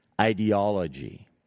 ideology